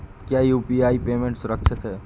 क्या UPI payment सुरक्षित है?